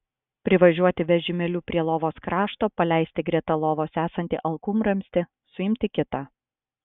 privažiuoti vežimėliu prie lovos krašto paleisti greta lovos esantį alkūnramstį suimti kitą